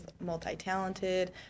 multi-talented